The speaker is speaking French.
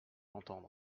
l’entendre